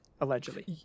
Allegedly